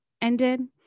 ended